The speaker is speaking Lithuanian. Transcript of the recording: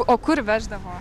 o kur veždavo